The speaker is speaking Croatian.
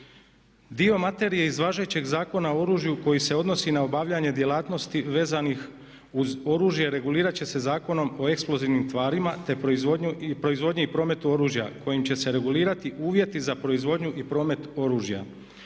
Dio materije iz važećeg Zakona o oružju koji se odnosi na obavljanje djelatnosti vezanih uz oružje regulirat će se Zakonom o eksplozivnim tvarima i proizvodnji i prometu oružja kojim će se regulirati uvjeti za proizvodnju i promet oružja,